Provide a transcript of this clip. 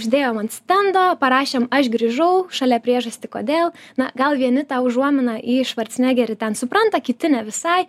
uždėjom ant stendo parašėm aš grįžau šalia priežastį kodėl na gal vieni tą užuomina į švarcnegerį ten supranta kiti ne visai